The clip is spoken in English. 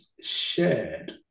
shared